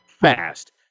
fast